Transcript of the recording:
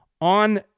on